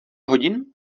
hodin